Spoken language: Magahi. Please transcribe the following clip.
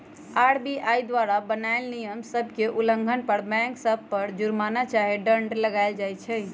आर.बी.आई द्वारा बनाएल नियम सभ के उल्लंघन पर बैंक सभ पर जुरमना चाहे दंड लगाएल किया जाइ छइ